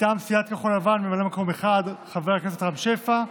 מטעם סיעת כחול לבן ממלא מקום אחד: חבר הכנסת רם שפע,